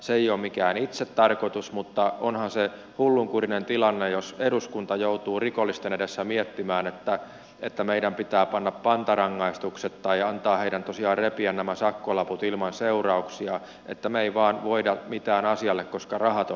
se ei ole mikään itsetarkoitus mutta onhan se hullunkurinen tilanne jos eduskunta joutuu rikollisten edessä miettimään että meidän pitää panna pantarangaistukset tai antaa heidän tosiaan repiä nämä sakkolaput ilman seurauksia että me emme vain voi mitään asialle koska rahat on loppu